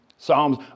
Psalms